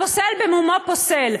הפוסל, במומו פוסל.